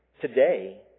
today